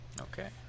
Okay